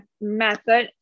method